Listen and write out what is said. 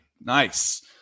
nice